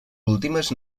últimes